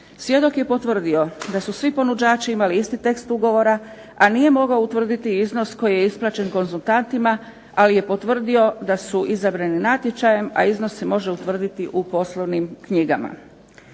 Svjedok je potvrdio da su svi ponuđači imali isti tekst ugovora, a nije mogao utvrditi iznos koji je isplaćen konzultantima, ali je potvrdio da su izabrani natječajem, a iznos se može utvrditi u poslovnim knjigama.